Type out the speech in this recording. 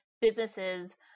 businesses